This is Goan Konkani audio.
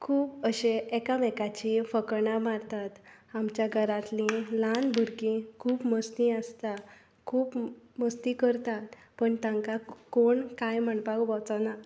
खूब अशे एकामेकांची फकाणां मारतात आमच्या घरांतलीं ल्हान भुरगीं खूब मस्ती आसता खूब मस्ती करतात पूण तांकां कोण कांय म्हणपाक वचना